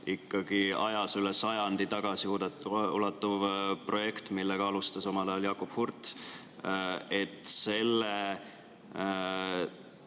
ikkagi ajas üle sajandi tagasi ulatuv projekt, mida alustas omal ajal Jakob Hurt. Selle